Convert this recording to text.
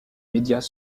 médias